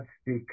speak